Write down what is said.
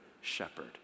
shepherd